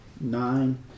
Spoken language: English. nine